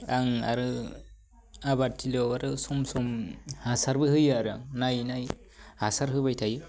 आं आरो आबादथिलिआव आरो सम सम हासारबो होयो आरो नायै नायै हासार होबाय थायो